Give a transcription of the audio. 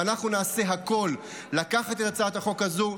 ואנחנו נעשה הכול לקחת את הצעת החוק הזו,